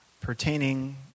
pertaining